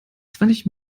zwanzig